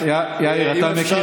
אם אפשר,